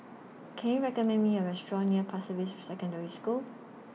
Can YOU recommend Me A Restaurant near Pasir Ris Secondary School